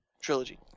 trilogy